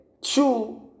two